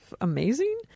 amazing